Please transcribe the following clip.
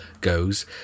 goes